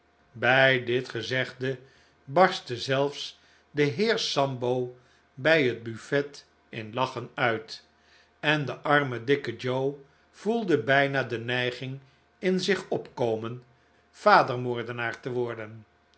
bij dit gczegde barstte zelfs de heer sambo bij het buffet in lachen uit en de arme dikke joe voelde bijna de neiging in zich opkomen vader moordenaar te worden